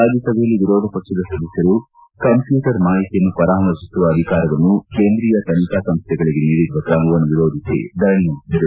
ರಾಜ್ಲಸಭೆಯಲ್ಲಿ ವಿರೋಧ ಪಕ್ಷದ ಸದಸ್ಯರು ಕಂಪ್ಯೂಟರ್ ಮಾಹಿತಿಯನ್ನು ಪರಾಮರ್ಶಿಸುವ ಅಧಿಕಾರವನ್ನು ಕೇಂದ್ರೀಯ ತನಿಖಾ ಸಂಸ್ಥೆಗಳಿಗೆ ನೀಡಿರುವ ಕ್ರಮವನ್ನು ವಿರೋಧಿಸಿ ಧರಣಿ ನಡೆಸಿದರು